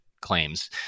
claims